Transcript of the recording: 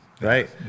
Right